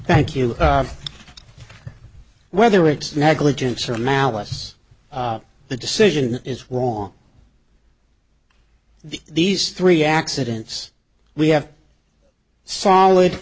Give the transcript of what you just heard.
thank you whether it's negligence or malice the decision is wrong these three accidents we have solid